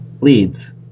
leads